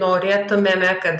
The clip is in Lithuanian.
norėtumėme kad